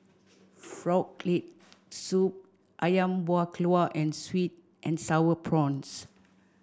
frog leg soup Ayam Buah Keluak and sweet and sour prawns